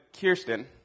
Kirsten